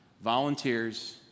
volunteers